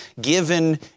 given